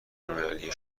المللی